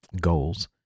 goals